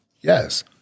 Yes